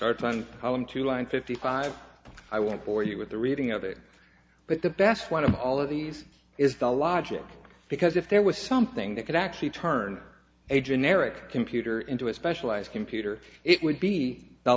starts on column two line fifty five i won't bore you with the reading other but the best one of all of these is the logic because if there was something that could actually turn a generic computer into a specialized computer it would be the